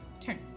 turn